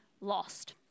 lost